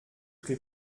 pré